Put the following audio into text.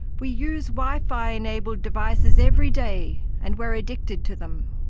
we use wi fi enabled devices every day and we're addicted to them!